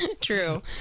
True